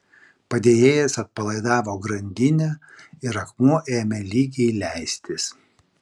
padėjėjas atpalaidavo grandinę ir akmuo ėmė lygiai leistis